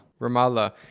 Ramallah